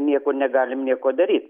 nieko negalim nieko daryt